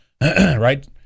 right